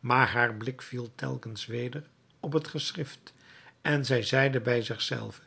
maar haar blik viel telkens weder op het geschrift en zij zeide bij zich zelve